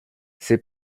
ses